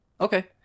Okay